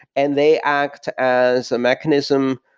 and they act as a mechanism.